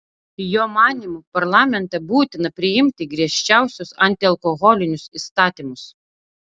jo manymu parlamente būtina priimti griežčiausius antialkoholinius įstatymus